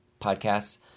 podcasts